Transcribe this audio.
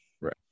right